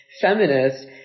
feminist